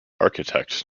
architect